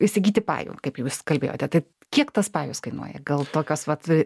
įsigyti pajų kaip jūs kalbėjote taip kiek tas pajus kainuoja gal tokios vat